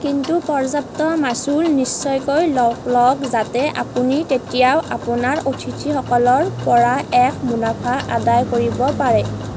কিন্তু পৰ্যাপ্ত মাচুল নিশ্চয়কৈ লওক লওক যাতে আপুনি তেতিয়াও অপোনাৰ অতিথিসকলৰ পৰা এক মুনাফা অদায় কৰিব পাৰে